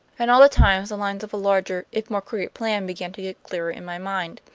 and all the time the lines of a larger, if more crooked plan, began to get clearer in my mind.